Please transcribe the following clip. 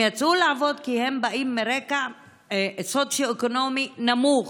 הם יצאו לעבוד כי הם באים מרקע סוציו-אקונומי נמוך.